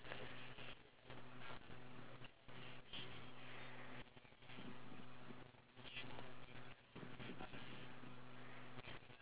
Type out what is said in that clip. socialising between individuals because we have our phones with us and we tend to pay attention to it more rather than focus